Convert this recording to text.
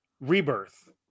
rebirth